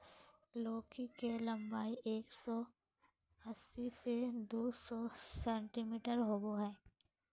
लौकी के लम्बाई एक सो अस्सी से दू सो सेंटीमिटर होबा हइ